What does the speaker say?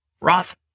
Roth